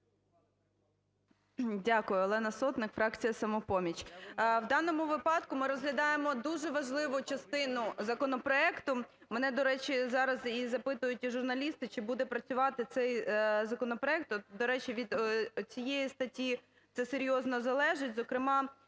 Дякую. Олена Сотник, фракція "Самопоміч". У даному випадку ми розглядаємо дуже важливу частину законопроекту. Мене, до речі, зараз запитують і журналісти, чи буде працювати цей законопроект. До речі, від цієї статті це серйозно залежить, зокрема